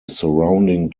surrounding